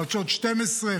חדשות 12,